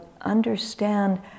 understand